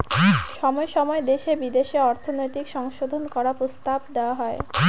সময় সময় দেশে বিদেশে অর্থনৈতিক সংশোধন করার প্রস্তাব দেওয়া হয়